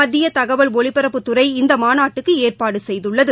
மத்திய தகவல் ஒலிபரப்புத்துறை இந்த மாநாட்டுக்கு ஏற்பாடு செய்துள்ளது